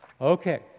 Okay